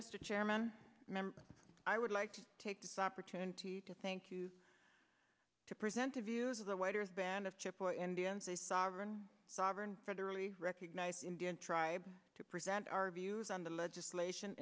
mr chairman member i would like to take this opportunity to thank you to present the views of the waiter's band of chip or indians a sovereign sovereign federally recognized indian tribe to present our views on the legislation